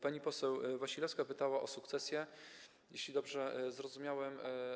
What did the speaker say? Pani poseł Wasilewska pytała o sukcesję, jeśli dobrze zrozumiałem.